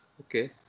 Okay